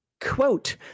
Quote